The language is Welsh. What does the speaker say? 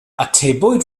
atebwyd